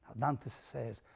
dante says,